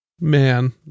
Man